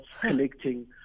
collecting